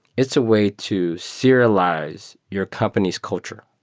it's a way to serialize your company's culture,